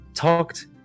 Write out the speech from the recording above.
Talked